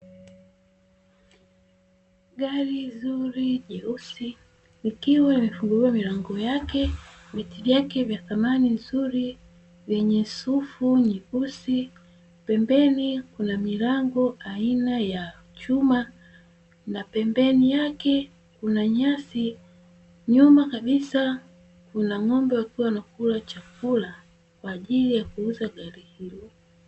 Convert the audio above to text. Gari zuri jeusi likiwa limefunguliwa milango yake viti vyake vya thamani nzuri vyenye sufu nyeusi pembeni kuna milango ya aina ya chuma na pembeni yake kuna nyasi nyuma kabisa kuna ng'ombe wakiwa wanakula chakula kwaajili ya kuuza gari hilo.